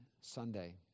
Sunday